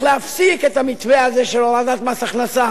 להפסיק את המתווה הזה של הורדת מס הכנסה